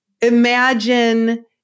imagine